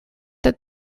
that